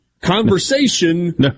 conversation